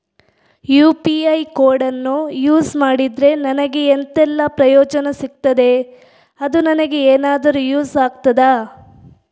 UPI ಕೋಡನ್ನು use ಮಾಡಿದ್ರೆ ನನಗೆ ಎಂಥೆಲ್ಲಾ ಪ್ರಯೋಜನ ಸಿಗ್ತದೆ, ಅದು ನನಗೆ ಎನಾದರೂ ಯೂಸ್ ಆಗ್ತದಾ?